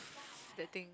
that thing